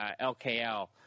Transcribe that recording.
LKL